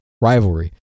rivalry